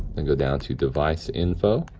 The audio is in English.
and go down to device info.